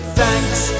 thanks